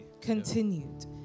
continued